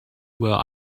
well